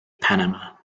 panama